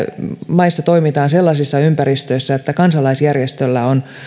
maissa toimitaan sellaisissa ympäristöissä että kansalaisjärjestöllä on